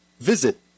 Visit